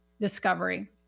discovery